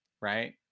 right